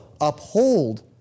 uphold